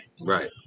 Right